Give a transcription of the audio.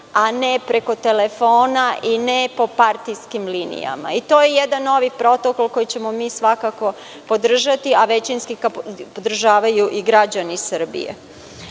a ne preko telefona i ne po partijskim linijama. To je jedan novi protokol koji ćemo mi svakako podržati, a većinski ga podržavaju i građani Srbije. Već